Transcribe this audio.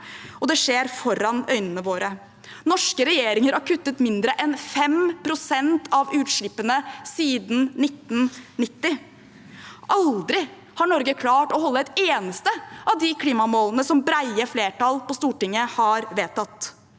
det skjer foran øynene våre. Norske regjeringer har kuttet mindre enn 5 pst. av utslippene siden 1990. Aldri har Norge klart å holde et eneste av de klimamålene som brede flertall på Stortinget har vedtatt.